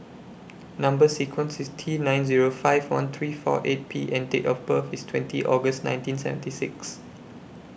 Number sequence IS T nine Zero five one three four eight P and Date of birth IS twenty August nineteen seventy six